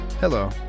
Hello